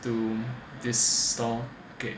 to this store okay